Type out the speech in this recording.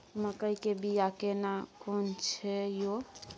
मकई के बिया केना कोन छै यो?